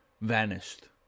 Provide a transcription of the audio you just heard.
vanished